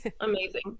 amazing